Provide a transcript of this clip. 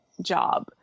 job